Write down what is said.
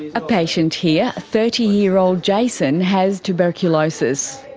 a patient here, thirty year old jason, has tuberculosis.